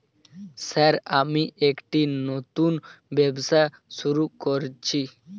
Sir আমি একটি নতুন ব্যবসা শুরু করেছি?